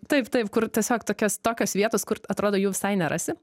taip taip kur tiesiog tokias tokios vietos kur atrodo jų visai nerasi